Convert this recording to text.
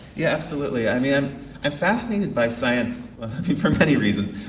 yeah absolutely, i mean i'm fascinated by science for many reasons.